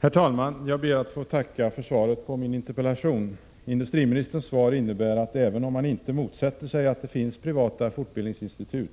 Herr talman! Jag ber att få tacka för svaret på min interpellation. Industriministerns svar innebär att även om han inte motsätter sig att det finns privata fortbildningsinstitut,